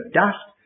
dust